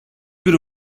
bir